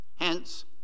Hence